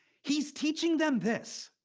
he's teaching them this.